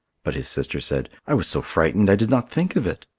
but his sister said, i was so frightened i did not think of it.